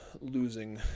losing